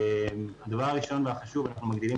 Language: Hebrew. הדבר הראשון והחשוב הוא שאנחנו מגדילים